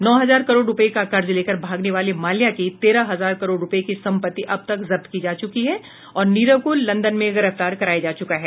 नौ हजार करोड़ रुपये का कर्ज लेकर भागने वाले माल्या की तेरह हजार करोड़ रूपये की सम्पत्ति अब तक जब्त की जा चुकी है और नीरव को लंदन में गिरफतार कराया जा चुका है